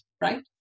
Right